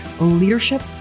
leadership